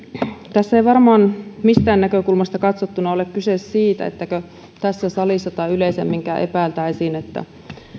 tässä ei varmaan mistään näkökulmasta katsottuna ole kyse siitä että tässä salissa tai yleisemminkään epäiltäisi että